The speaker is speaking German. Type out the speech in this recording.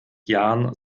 jahren